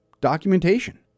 documentation